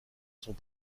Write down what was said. sont